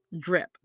DRIP